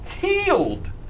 healed